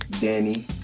Danny